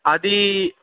అదీ